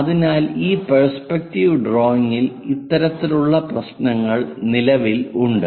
അതിനാൽ ഈ പെർസ്പെക്റ്റീവ് ഡ്രോയിങ്ങിൽ ഇത്തരത്തിലുള്ള പ്രശ്നങ്ങൾ നിലവിലുണ്ട്